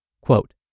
Quote